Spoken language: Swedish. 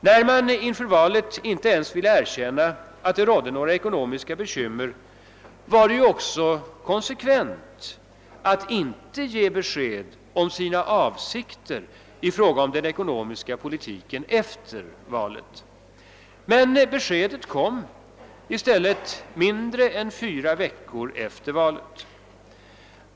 När man inför valet inte ens ville erkänna att det rådde några ekonomiska bekymmer var det naturligtvis konsekvent att inte ge besked om sina avsikter i fråga om den ekonomiska politiken efter valet. Men beskedet kom i stället mindre än fyra veckor efter valet.